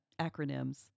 acronyms